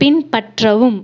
பின்பற்றவும்